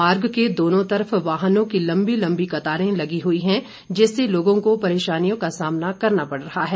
मार्ग के दोनों तरफ वाहनों की लंबी लंबी कतारें लगी हुई हैं जिससे लोगों को परेशानियों का सामना करना पड़ रहा है